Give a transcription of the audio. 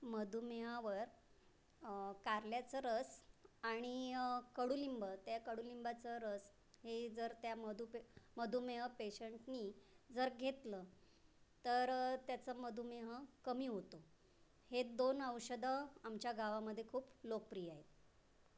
मधुमेहावर कारल्याचं रस आणि कडुलिंब त्या कडुलिंबाचं रस हे जर त्या मधु पे मधुमेह पेशंटनी जर घेतलं तर त्याचं मधुमेह कमी होतो हे दोन औषधं आमच्या गावामध्ये खूप लोकप्रिय आहे